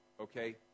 Okay